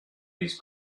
his